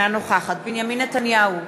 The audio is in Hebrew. נוכחת בנימין נתניהו,